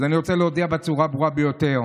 אז אני רוצה להודיע בצורה הברורה ביותר: